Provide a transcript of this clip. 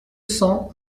cents